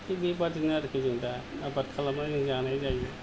थिग बेबायदिनो आरखि जों दा आबाद खालामना जों जानाय जायो